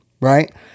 right